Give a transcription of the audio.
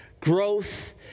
growth